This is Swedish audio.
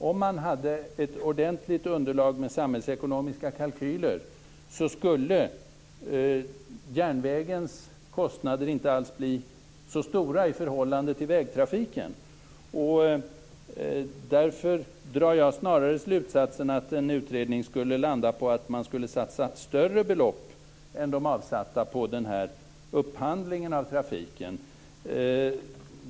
Om man hade ett ordentligt underlag med samhällsekonomiska kalkyler skulle järnvägens kostnader inte alls bli så stora i förhållande till vägtrafiken. Därför drar jag slutsatsen att en utredning skulle landa på att man snarare borde satsa större belopp än de avsatta på denna trafikupphandling.